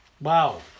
Wow